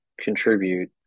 contribute